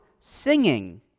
singing